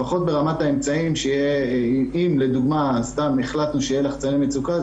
לפחות ברמת האמצעים שאם לדוגמה החלטנו שיהיה לחצן מצוקה,